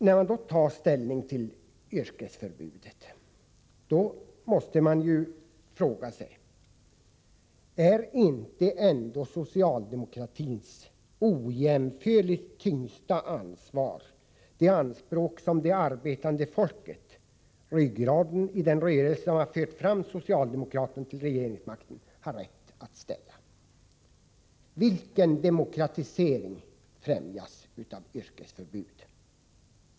När man tar ställning till yrkesförbudet måste man fråga sig: Är inte ändå | socialdemokratins ojämförligt tyngsta ansvar att tillgodose de anspråk som det arbetande folket, ryggraden i den rörelse som har fört fram socialdemokraterna till regeringsmakten, har rätt att ställa? Vilken demokratisering främjas av yrkesförbud?